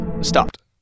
stopped